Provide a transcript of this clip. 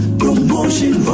promotion